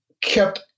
Kept